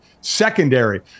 secondary